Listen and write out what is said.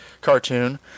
cartoon